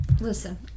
Listen